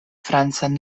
francan